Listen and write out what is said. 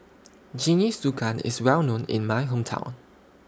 Jingisukan IS Well known in My Hometown